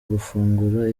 gufunga